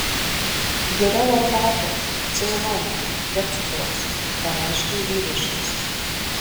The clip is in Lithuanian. geriau arbatos ceilono be cukraus pareiškė vyriškis